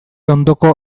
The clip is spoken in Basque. ondoko